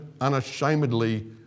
unashamedly